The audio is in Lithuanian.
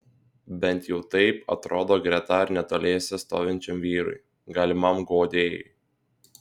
bent jau taip atrodo greta ar netoliese stovinčiam vyrui galimam guodėjui